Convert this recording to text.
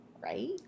right